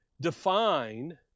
define